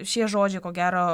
šie žodžiai ko gero